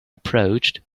approached